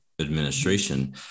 administration